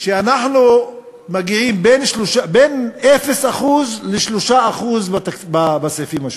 שאנחנו מגיעים בין 0% ל-3% בסעיפים השונים.